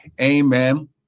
Amen